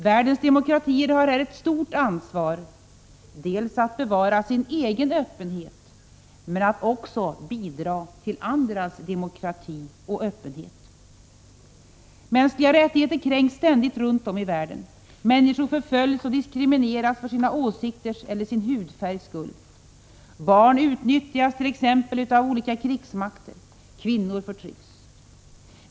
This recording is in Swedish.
Världens demokratier har här ett stort ansvar för att bevara sin egen öppenhet men också för att bidra till andras demokrati och öppenhet. Mänskliga rättigheter kränks ständigt runt om i världen. Människor förföljs och diskrimineras för sina åsikter eller sin hudfärgs skull. Barn utnyttjas t.ex. av olika krigsmakter. Kvinnor förtrycks.